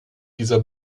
dieser